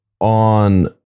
on